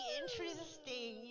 interesting